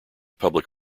public